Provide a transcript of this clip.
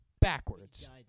backwards